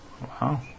Wow